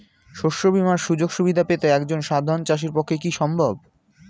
শস্য বীমার সুযোগ সুবিধা পেতে একজন সাধারন চাষির পক্ষে কি সম্ভব?